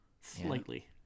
Slightly